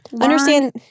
Understand